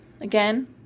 again